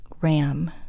ram